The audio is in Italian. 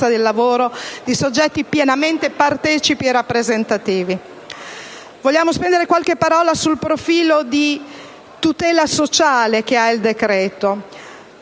del lavoro di soggetti pienamente partecipi e rappresentativi. Voglio poi spendere qualche parola sul profilo di tutela sociale del decreto.